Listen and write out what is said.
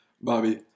Bobby